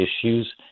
issues